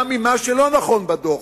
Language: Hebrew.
גם עם מה שלא נכון בדוח,